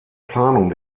planung